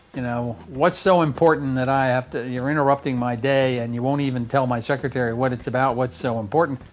you know, what's so important that i have to, you're interrupting my day and you won't even tell my secretary what it's about. what's so important?